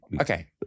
Okay